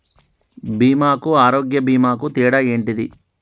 బీమా కు ఆరోగ్య బీమా కు తేడా ఏంటిది?